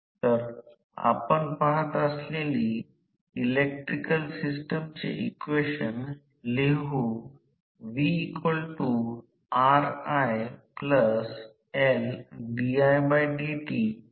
कारण त्या वेळी सर्किटला टोलिकॅस्टरची वारंवारता म्हटले जाते कारण येथे सर्किट वारंवारता f आहे परंतु येथे वारंवारता f देखील आहे sf येथे आहे परंतु हे विभाजित s म्हणून आहे